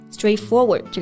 Straightforward